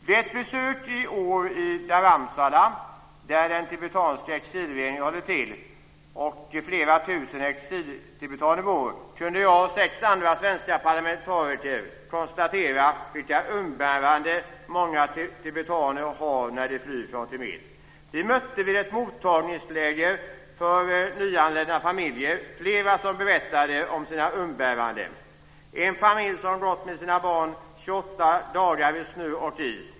Vid ett besök i år i Dharmshala, där den tibetanska exilregeringen håller till och flera tusen exiltibetaner bor, kunde jag och sex andra svenska parlamentariker konstatera vilka umbäranden många tibetaner har när de flyr från Tibet. Vi mötte vid ett mottagningsläger för nyanlända familjer flera som berättade om sina umbäranden. En familj hade gått med sina barn i 28 dagar i snö och is.